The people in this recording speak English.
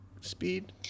speed